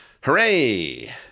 Hooray